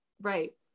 Right